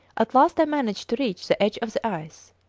at last i managed to reach the edge of the ice.